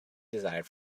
desired